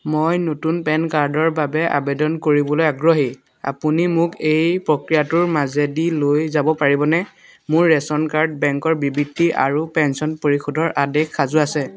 মই নতুন পেন কাৰ্ডৰ বাবে আবেদন কৰিবলৈ আগ্ৰহী আপুনি মোক এই প্ৰক্ৰিয়াটোৰ মাজেদি লৈ যাব পাৰিবনে মোৰ ৰেচন কাৰ্ড বেংকৰ বিবৃতি আৰু পেন্সন পৰিশোধৰ আদেশ সাজু আছে